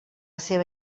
seva